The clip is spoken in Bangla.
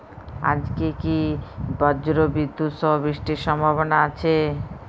আজকে কি ব্রর্জবিদুৎ সহ বৃষ্টির সম্ভাবনা আছে?